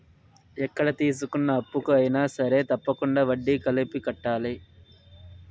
ఎక్కడ తీసుకున్న అప్పుకు అయినా సరే తప్పకుండా వడ్డీ కలిపి కట్టాలి